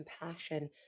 compassion